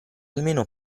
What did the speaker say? almeno